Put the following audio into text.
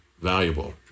valuable